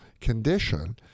condition